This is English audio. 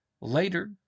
Later